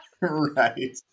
Right